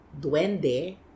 duende